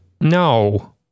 No